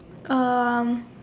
um